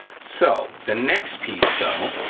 so, the next piece, though,